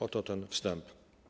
Oto ten wstęp.